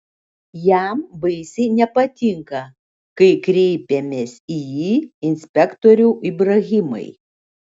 jam baisiai nepatinka kai kreipiamės į jį inspektoriau ibrahimai